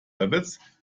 rabbit